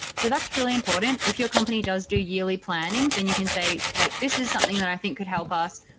so that's really important. if your company does do yearly planning, then you can say like this is something that i think could help us,